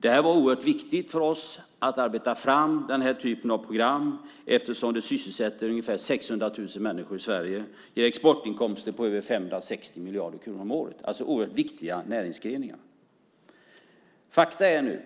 Det var oerhört viktigt för oss att arbeta fram den här typen av program eftersom dessa näringsgrenar sysselsätter ungefär 600 000 människor i Sverige och ger exportinkomster på över 560 miljarder kronor om året. Det är alltså oerhört viktiga näringsgrenar. Faktum är nu